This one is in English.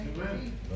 Amen